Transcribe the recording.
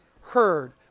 heard